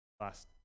last